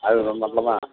அதுக்கு தகுந்தாப்ல தான்